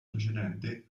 precedente